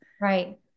Right